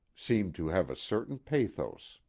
seemed to have a certain pathos.